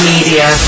Media